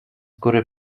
góry